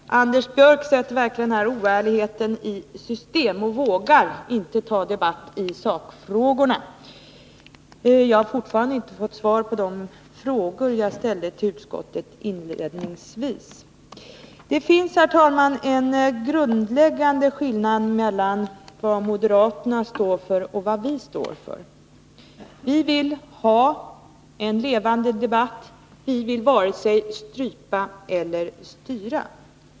Herr talman! Anders Björck sätter här verkligen oärligheten i system och vågar inte ta debatten i sakfrågorna. Jag har fortfarande inte fått svar på de frågor som jag inledningsvis ställde till utskottets företrädare. Det finns, herr talman, en grundläggande skillnad mellan vad moderaterna står för och vad vi står för. Vi vill ha en levande debatt. Vi vill varken strypa eller styra.